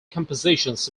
compositions